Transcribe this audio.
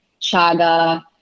chaga